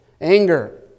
Anger